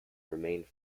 remained